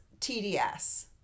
TDS